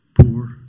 Poor